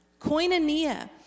koinonia